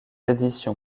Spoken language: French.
éditions